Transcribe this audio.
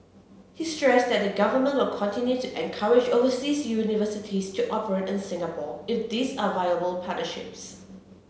he stressed that the government will continue to encourage overseas universities to operate in Singapore if these are viable partnerships